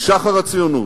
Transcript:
משחר הציונות.